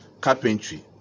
carpentry